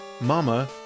mama